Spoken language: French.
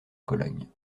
cologne